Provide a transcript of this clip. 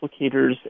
applicators